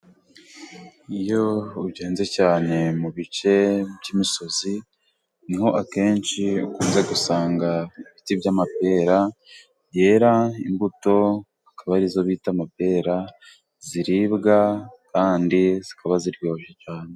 Iyo ugenze cyane mu bice by'imisozi niho akenshi ukunze gusanga ibiti by'amapera byera imbuto akaba ari zo bita amapera ziribwa kandi zikaba ziryoha cyane.